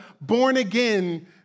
born-again